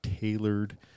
tailored